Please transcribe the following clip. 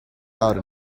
out